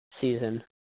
season